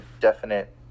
definite